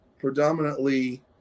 predominantly